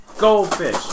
Goldfish